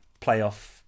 playoff